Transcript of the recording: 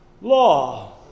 law